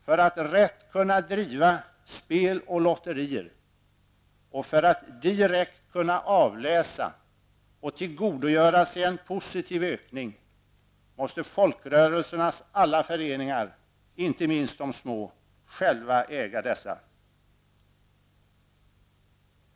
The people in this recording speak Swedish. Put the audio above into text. För att rätt kunna driva spel och lotterier och för att direkt kunna avläsa och tillgodogöra sig en positiv ökning måste folkrörelsernas alla föreningar, inte minst de små, själva äga dessa.